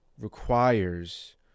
Requires